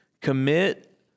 commit